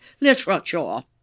literature